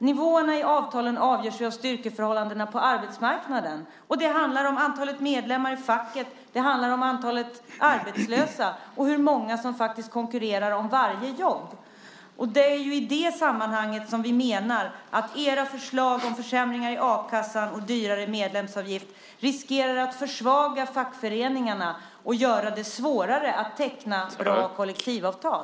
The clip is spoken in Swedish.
Nivåerna i avtalen avgörs av styrkeförhållandena på arbetsmarknaden. Och det handlar om antalet medlemmar i facket, om antalet arbetslösa och om hur många som faktiskt konkurrerar om varje jobb. Det är i det sammanhanget som vi menar att era förslag om försämringar i a-kassan och dyrare medlemsavgift riskerar att försvaga fackföreningarna och göra det svårare att teckna bra kollektivavtal.